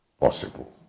possible